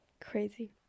crazy